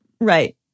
Right